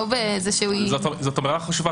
זאת אמירה חשובה,